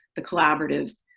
the collaboratives,